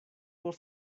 por